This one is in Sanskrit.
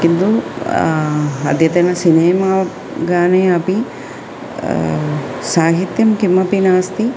किन्तु अद्यतन सिनेमा गाने अपि साहित्यं किमपि नास्ति